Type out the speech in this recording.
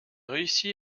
réussi